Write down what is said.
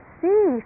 see